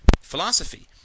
philosophy